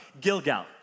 Gilgal